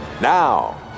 Now